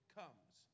comes